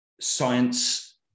science